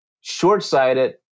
short-sighted